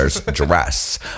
dress